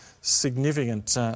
significant